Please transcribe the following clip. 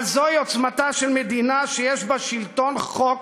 אבל זוהי עוצמתה של מדינה שיש בה שלטון חוק,